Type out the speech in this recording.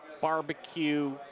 Barbecue